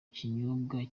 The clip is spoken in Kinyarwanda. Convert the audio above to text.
kinyobwa